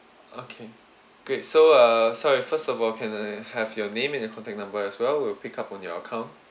okay great so uh sorry first of all can I have your name and your contact number as well we'll pick up on your account